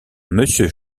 monsieur